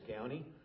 county